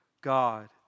God